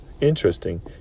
Interesting